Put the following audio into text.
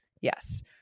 Yes